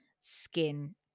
skin